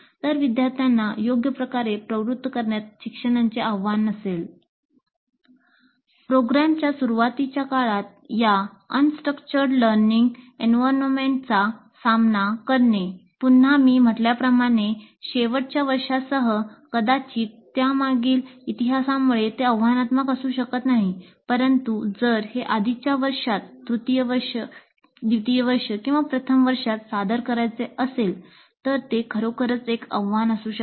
तर विद्यार्थ्यांना योग्यप्रकारे प्रवृत्त करण्यात शिक्षकांचे आव्हान असेल